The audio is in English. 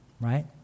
right